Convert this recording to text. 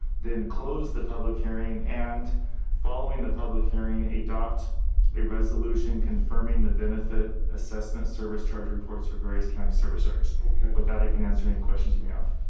then close the public hearing and following the public hearing, adopt a resolution confirming the benefit assessment service charge reports for various county service areas. okay. with that i can answer any questions you may have.